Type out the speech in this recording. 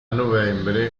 novembre